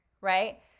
right